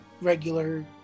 regular